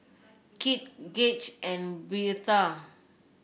Kit Gauge and Birtha